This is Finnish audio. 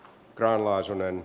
prahalaisen